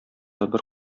бер